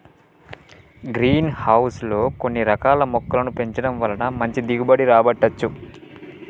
green house లో కొన్ని రకాల మొక్కలను పెంచడం వలన మంచి దిగుబడి రాబట్టవచ్చు